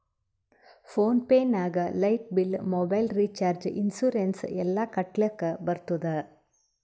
phone pay ನಾಗ್ light bill, mobile recharge, insurance ಎಲ್ಲಾ ಕಟ್ಟಲಕ್ ಬರ್ತುದ್